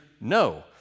no